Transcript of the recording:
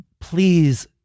please